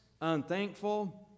Unthankful